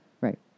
Right